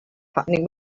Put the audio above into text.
happening